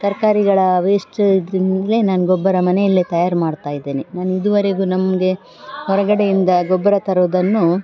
ತರಕಾರಿಗಳ ವೇಸ್ಟ್ನಿಂದ್ಲೇ ನಾನು ಗೊಬ್ಬರ ಮನೆಯಲ್ಲೇ ತಯಾರು ಮಾಡ್ತಾ ಇದ್ದೇನೆ ನಾನು ಇದುವರೆಗೂ ನಮಗೆ ಹೊರಗಡೆಯಿಂದ ಗೊಬ್ಬರ ತರೋದನ್ನು